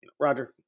Roger